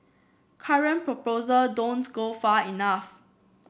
current proposal don't go far enough